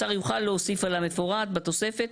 השר יוכל להוסיף על המפורט בתוספת,